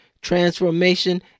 transformation